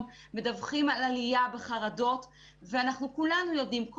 מדווחים על עלייה בחרדות ואנחנו כולנו יודעים,